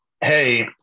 hey